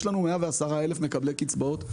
יש לנו 110 אלף מקבלי קצבאות.